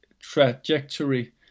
trajectory